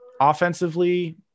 Offensively